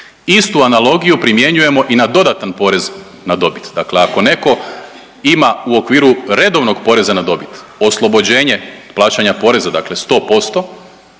istu analogiju primjenjujemo i na dodatan porez na dobit, dakle ako netko ima u okviru redovnog poreza na dobit oslobođenje plaćanja poreza, dakle 100%,